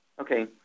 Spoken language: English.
Okay